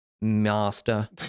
Master